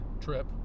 trip